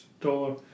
dollar